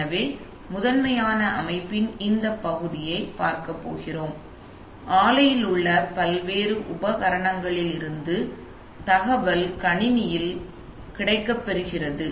எனவே முதன்மையாக அமைப்பின் இந்த பகுதியைப் பார்க்கப் போகிறோம் ஆலையில் உள்ள பல்வேறு உபகரணங்களிலிருந்து தகவல் கணினியில் கிடைக்கிறது